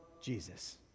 Jesus